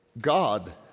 God